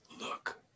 look